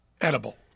edible